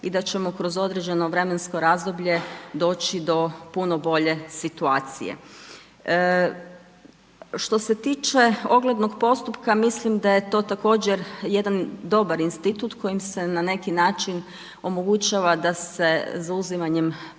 i da ćemo kroz određeno vremensko razdoblje doći do puno puno bolje situacije. Što se tiče oglednog postupka, mislim da je to također jedan dobar institut kojim se na neki način omogućava da se zauzimanjem pravnog